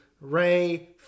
Ray